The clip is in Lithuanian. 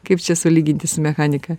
kaip čia sulyginti su mechanika